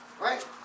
Right